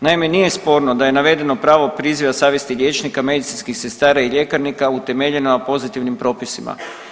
Naime, nije sporno da je navedeno pravo priziva savjesti liječnika, medicinskih sestara i ljekarnika utemeljeno na pozitivnim propisima.